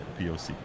POC